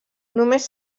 només